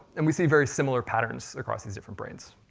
and we see very similar patterns across these different brains.